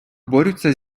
борються